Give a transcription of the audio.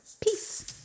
Peace